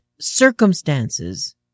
circumstances